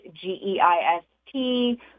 G-E-I-S-T